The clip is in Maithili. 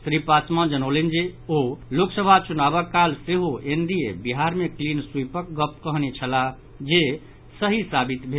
श्री पासवान जनौलनि जे ओ लोकसभा चुनावक काल सेहो एनडीए बिहार मे क्लीन स्वीपक गप कहने छलाह जे सहि साबित भेल